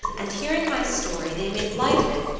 and hearing my story, they made light of it,